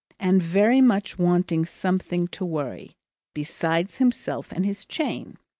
and very much wanting something to worry besides himself and his chain.